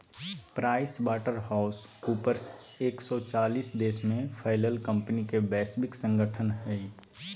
price water house coopers एक सो चालीस देश में फैलल कंपनि के वैश्विक संगठन हइ